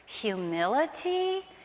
humility